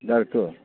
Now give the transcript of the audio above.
director